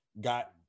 got